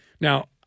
Now